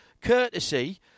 courtesy